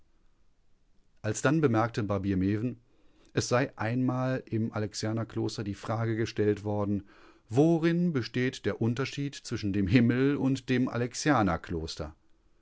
alsdann bemerkte barbier meven es sei einmal im alexianerkloster die frage gestellt worden worin besteht der unterschied zwischen dem himmel und dem